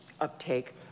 uptake